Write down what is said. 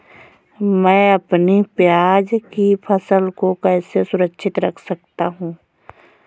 मैं अपनी प्याज की फसल को कैसे सुरक्षित रख सकता हूँ?